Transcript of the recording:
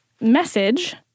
message